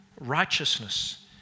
Righteousness